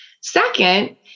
Second